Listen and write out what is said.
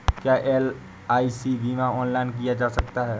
क्या एल.आई.सी बीमा ऑनलाइन किया जा सकता है?